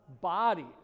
Bodies